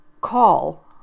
call